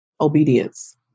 Obedience